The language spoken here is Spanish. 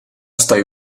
estoy